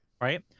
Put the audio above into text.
Right